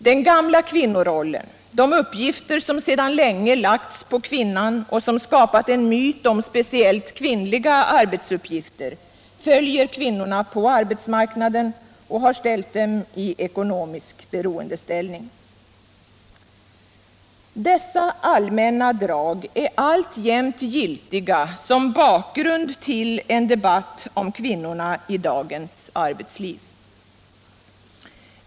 Den gamla kvinnorollen, de uppgifter som sedan länge lagts på kvinnan och som skapat en myt om speciellt kvinnliga arbetsuppgifter, följer kvinnorna på arbetsmarknaden och har ställt dem i ekonomisk beroendeställning. Dessa allmänna drag är alltjämt giltiga som bakgrund till en debatt om kvinnorna i dagens arbetsliv.